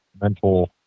mental